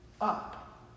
up